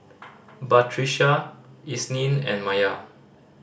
Batrisya Isnin and Maya